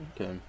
Okay